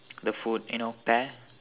the food you know pear